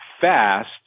fast